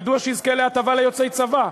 מדוע שיזכה להטבה ליוצאי צבא?